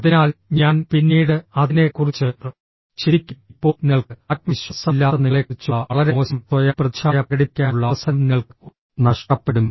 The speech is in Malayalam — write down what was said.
അതിനാൽ ഞാൻ പിന്നീട് അതിനെക്കുറിച്ച് ചിന്തിക്കും ഇപ്പോൾ നിങ്ങൾക്ക് ആത്മവിശ്വാസമില്ലാത്ത നിങ്ങളെക്കുറിച്ചുള്ള വളരെ മോശം സ്വയം പ്രതിച്ഛായ പ്രകടിപ്പിക്കാനുള്ള അവസരം നിങ്ങൾക്ക് നഷ്ടപ്പെടും